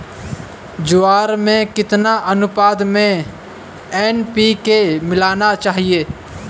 ज्वार में कितनी अनुपात में एन.पी.के मिलाना चाहिए?